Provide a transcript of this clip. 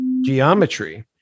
geometry